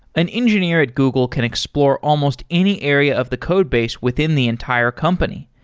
an engineer at google can explore almost any area of the codebase within the entire company.